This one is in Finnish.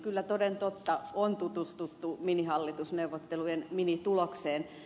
kyllä toden totta on tutustuttu minihallitusneuvottelujen minitulokseen